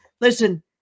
Listen